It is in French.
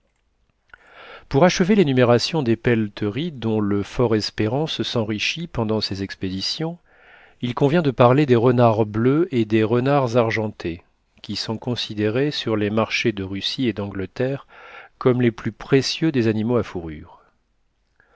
pour achever l'énumération des pelleteries dont le fort espérance s'enrichit pendant ces expéditions il convient de parler des renards bleus et des renards argentés qui sont considérés sur les marchés de russie et d'angleterre comme les plus précieux des animaux à fourrure